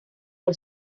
por